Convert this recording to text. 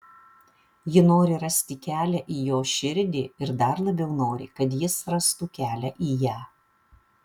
ji nori rasti kelią į jo širdį ir dar labiau nori kad jis rastų kelią į ją